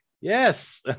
Yes